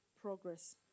progress